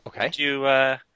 Okay